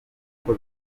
kuko